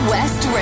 West